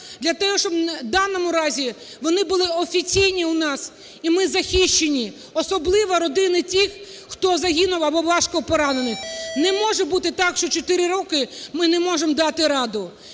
для того, щоб в даному разі вони були офіційні у нас і ми захищені, особливо родини тих, хто загинув або важко поранений. Не може бути так, що 4 роки ми не можемо дати раду.